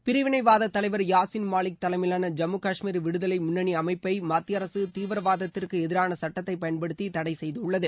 பிரிவினைவாத தலைவர் யாசின் மாலிக் தலைமையிலான ஜம்மு முன்னணி அமைப்பை மத்திய அரசு தீவிரவாதத்திற்கு எதிரான சட்டத்தை பயன்படுத்தி தடை செய்துள்ளது